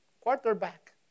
Quarterback